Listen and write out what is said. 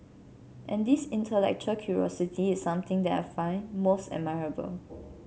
and this intellectual curiosity is something that I find most admirable